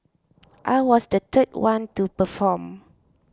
I was the third one to perform